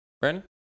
Brandon